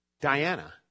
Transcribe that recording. Diana